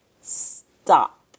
stop